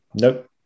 Nope